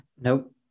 Nope